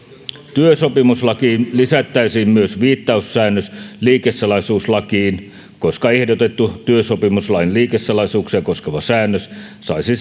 työsopimuslakiin lisättäisiin myös viittaussäännös liikesalaisuuslakiin koska ehdotettu työsopimuslain liikesalaisuuksia koskeva säännös saisi